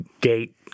gate